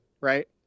right